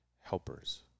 helpers